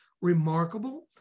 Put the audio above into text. remarkable